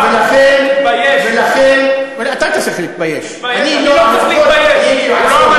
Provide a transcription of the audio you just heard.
רגע, תתבייש, תתבייש, תתבייש לך.